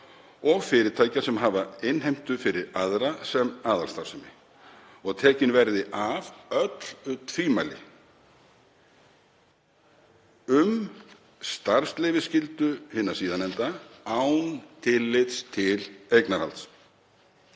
og fyrirtækja sem hafa innheimtu fyrir aðra sem aðalstarfsemi og tekin verði af öll tvímæli um starfsleyfisskyldu hinna síðarnefndu án tillits til eignarhalds.